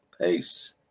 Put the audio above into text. Peace